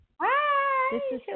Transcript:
Hi